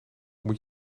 moet